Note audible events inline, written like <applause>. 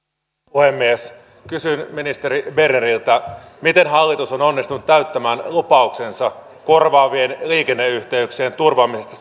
puhemies kysyn ministeri berneriltä miten hallitus on onnistunut täyttämään lupauksensa korvaavien liikenneyhteyksien turvaamisesta <unintelligible>